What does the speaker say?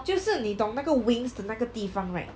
就是你懂那个 wings 的那个地方 right